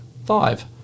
five